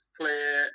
play